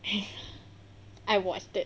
I watched it